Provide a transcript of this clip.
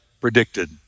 predicted